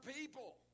people